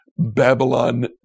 Babylon